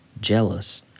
jealous